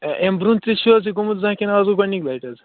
اَمہِ برٛونٛٹھ تہِ چھُو حظ یہِ گوٚمُت زانٛہہ کِنہٕ اَز گوٚو گۄڈٕنِکہِ لَٹہِ حظ